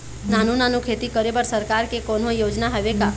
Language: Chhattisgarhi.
नानू नानू खेती करे बर सरकार के कोन्हो योजना हावे का?